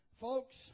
Folks